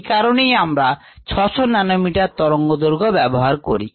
এই কারণেই আমরা 600 ন্যানোমিটার তরঙ্গদৈর্ঘ্য ব্যবহার করি